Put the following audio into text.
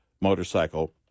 motorcycle